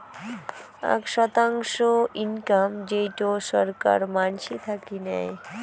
আক শতাংশ ইনকাম যেইটো ছরকার মানসি থাকি নেয়